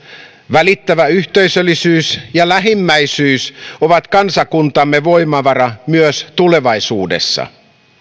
välittävä yhteisöllisyys ja lähimmäisyys ovat kansakuntamme voimavara myös tulevaisuudessa